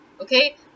okay